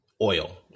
oil